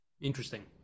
Interesting